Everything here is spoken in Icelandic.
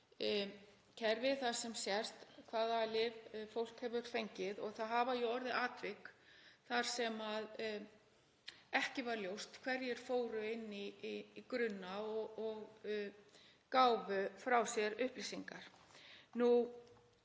kerfi þar sem sést hvaða lyf fólk hefur fengið og það hafa jú orðið atvik þar sem ekki var ljóst hverjir fóru inn í grunna og gáfu frá sér upplýsingar.